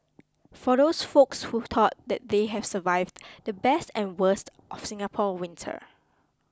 for those folks who thought that they have survived the best and the worst of Singapore winter